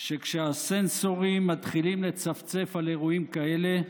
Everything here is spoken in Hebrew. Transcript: שכשהסנסורים מתחילים לצפצף על אירועים כאלה,